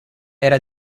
era